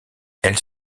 elle